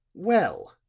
well,